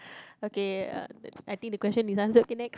okay uh I think the question is answered okay next